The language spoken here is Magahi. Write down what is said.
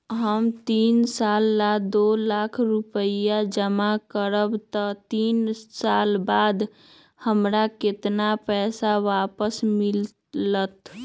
हम तीन साल ला दो लाख रूपैया जमा करम त तीन साल बाद हमरा केतना पैसा वापस मिलत?